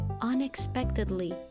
unexpectedly